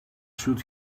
should